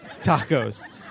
tacos